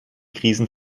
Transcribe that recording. krisen